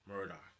Murdoch